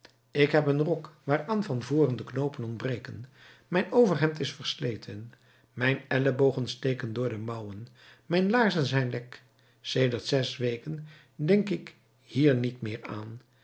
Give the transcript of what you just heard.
ik heb een rok waaraan van voren de knoopen ontbreken mijn overhemd is versleten mijn ellebogen steken door de mouwen mijn laarzen zijn lek sedert zes weken denk ik hier niet meer aan